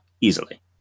Easily